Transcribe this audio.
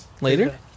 Later